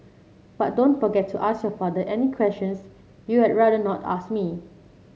but don't forget to ask your father any questions you had rather not ask me